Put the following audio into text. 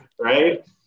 right